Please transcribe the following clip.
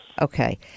okay